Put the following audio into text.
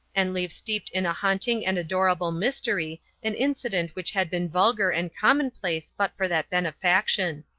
and leave steeped in a haunting and adorable mystery an incident which had been vulgar and commonplace but for that benefaction.